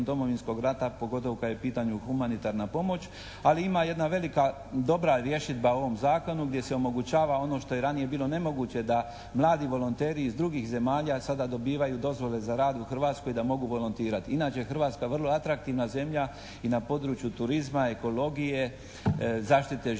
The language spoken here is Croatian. Domovinskog rata, pogotovo kad je u pitanju humanitarna pomoć, ali ima jedna velika dobra rješidba u ovom Zakonu gdje se omogućava ono što je ranije bilo nemoguće. Da mladi volonteri iz drugih zemalja sada dobivaju dozvole za rad u Hrvatskoj da mogu volontirati. Inače je Hrvatska vrlo atraktivna zemlja i na području turizma, ekologije, zaštite životinja